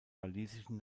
walisischen